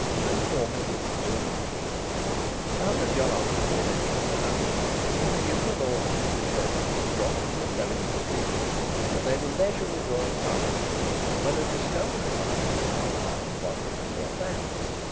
to inform him of the surroundings. a hundred yards before they reached the house he had given an order to his chauffeur to drop into the lowest speed and they were leisurely drawing past when a discovery by mr. carlyle modified their plans.